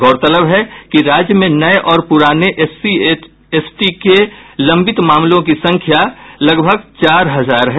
गौरतलब है कि राज्य में नये और पुराने एससी एसटी के लंबित मामलों की संख्या लगभग चार हजार है